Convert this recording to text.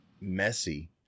messy